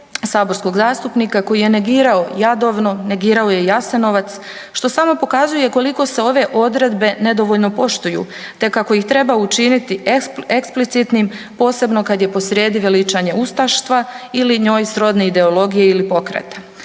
saborskog zastupnika koji je negirao Jadovno, negirao je Jasenovac što samo pokazuje koliko se ove odredbe nedovoljno poštuju te kako ih treba učiniti eksplicitnim posebno kada je posrijedi veličanje ustaštva ili njoj srodne ideologije ili pokreta.